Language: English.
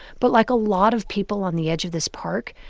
but like a lot of people on the edge of this park,